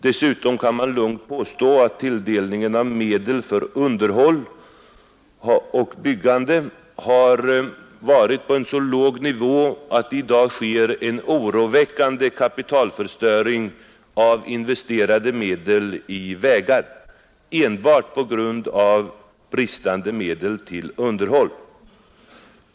Dessutom kan man lugnt påstå att tilldelningen av medel för underhåll och byggande har varit på en så låg nivå att det i dag sker en oroväckande kapitalförstöring när det gäller medel investerade i vägar — enbart på grund av bristande medel till underhåll.